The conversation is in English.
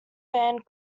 band